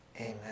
Amen